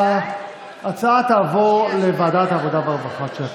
ההצעה תעבור לוועדת העבודה והרווחה של הכנסת.